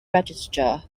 register